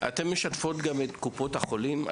אתם משתפים גם את קופות החולים?